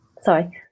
Sorry